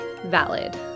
Valid